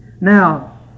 Now